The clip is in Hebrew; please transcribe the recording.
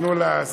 תנו לשר.